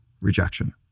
rejection